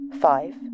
Five